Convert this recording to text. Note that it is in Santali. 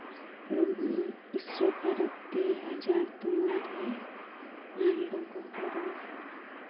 ᱵᱤᱥᱥᱚ ᱵᱷᱟᱨᱚᱛᱤ ᱦᱟᱡᱟᱨ ᱫᱩᱣᱟᱨᱤ ᱟᱨ ᱞᱩᱜᱩᱵᱩᱨᱩ